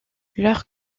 leur